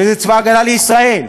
וזה צבא ההגנה לישראל.